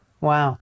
Wow